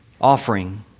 offering